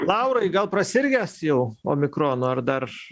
laurai gal prasirgęs jau omikronu ar dar